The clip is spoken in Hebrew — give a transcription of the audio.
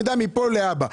נדע מפה להבא,